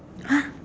!huh!